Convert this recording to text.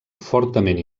fortament